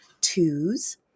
Twos